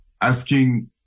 asking